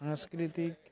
সাংস্কৃতিক